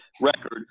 record